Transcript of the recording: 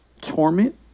torment